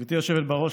גברתי היושבת-ראש,